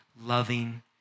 Loving